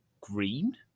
green